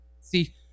See